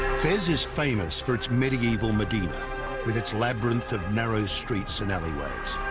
fez is famous for its medieval medina with its labyrinth of narrow streets and alleyways.